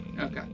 okay